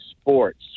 sports